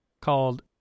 called